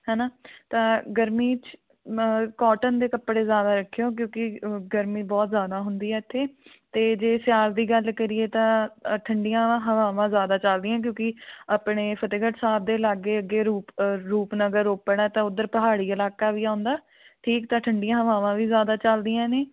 ਹੈ ਨਾ ਤਾਂ ਗਰਮੀ 'ਚ ਮ ਕੋਟਨ ਦੇ ਕੱਪੜੇ ਜ਼ਿਆਦਾ ਰੱਖਿਓ ਕਿਉਂਕਿ ਗਰਮੀ ਬਹੁਤ ਜਿਆਦਾ ਹੁੰਦੀ ਹੈ ਇੱਥੇ ਅਤੇ ਜੇ ਸਿਆਲ ਦੀ ਗੱਲ ਕਰੀਏ ਤਾਂ ਠੰਡੀਆਂ ਹਵਾਵਾਂ ਜ਼ਿਆਦਾ ਚੱਲਦੀਆਂ ਕਿਉਂਕਿ ਆਪਣੇ ਫਤਿਹਗੜ੍ਹ ਸਾਹਿਬ ਦੇ ਲਾਗੇ ਅੱਗੇ ਰੂਪ ਰੂਪਨਗਰ ਰੋਪੜ ਹੈ ਤਾਂ ਉੱਧਰ ਪਹਾੜੀ ਇਲਾਕਾ ਵੀ ਆਉਂਦਾ ਠੀਕ ਤਾਂ ਠੰਡੀਆਂ ਹਵਾਵਾਂ ਵੀ ਜ਼ਿਆਦਾ ਚੱਲਦੀਆਂ ਨੇ